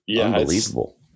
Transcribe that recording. unbelievable